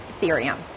Ethereum